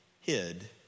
hid